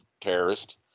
terrorist